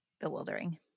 bewildering